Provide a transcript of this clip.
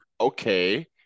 okay